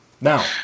now